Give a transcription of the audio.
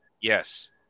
Yes